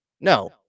No